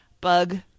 bug